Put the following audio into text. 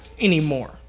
anymore